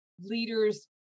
leaders